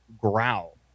growl